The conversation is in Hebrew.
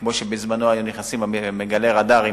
כמו שבזמנו היו נכנסים מגלי רדארים,